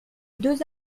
deux